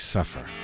Suffer